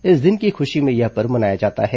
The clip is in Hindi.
इस दिन की खुशी में यह पर्व मनाया जाता है